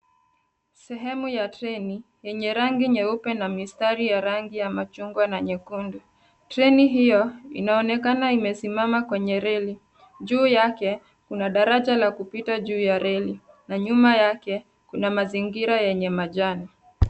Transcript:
Sehemu ya treni yenye rangi nyeupe na mistari ya rangi ya machungwa na nyekundu. Treni hiyo inaonekana imesimama kwenye reli. Juu yake, kuna daraja ya kupita juu ya reli, na nyuma yake, kuna mazingira yenye majani